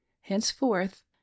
henceforth